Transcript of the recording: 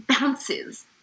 bounces